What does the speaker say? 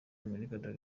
amerika